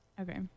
Okay